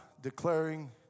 declaring